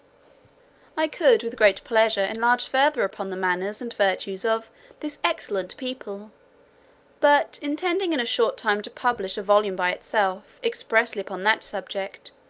i could, with great pleasure, enlarge further upon the manners and virtues of this excellent people but intending in a short time to publish a volume by itself, expressly upon that subject,